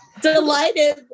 delighted